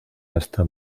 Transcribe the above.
hasta